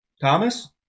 Thomas